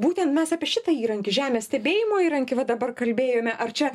būtent mes apie šitą įrankį žemės stebėjimo įrankį va dabar kalbėjome ar čia